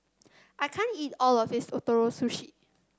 i can't eat all of this Ootoro Sushi